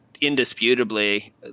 indisputably